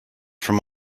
from